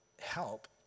help